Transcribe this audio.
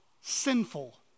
sinful